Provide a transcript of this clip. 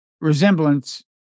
resemblance